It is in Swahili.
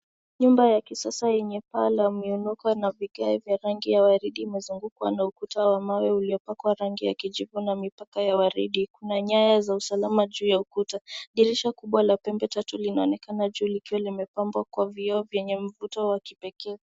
Nyumba ya kisasa yenye paa la mwinuko na vigae vya rangi ya waridi imezungukwa na ukuta wa mawe uliopakwa rangi ya kijivu na mipaka ya waridi. Kuna nyaya za usalama juu ya ukuta. Dirisha kubwa la pembe tatu linaonekana juu likiwa limepambwa kwa vioo vyenye mvuto wa kipekee.